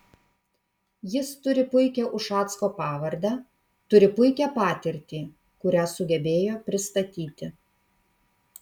jis turi puikią ušacko pavardę turi puikią patirtį kurią sugebėjo pristatyti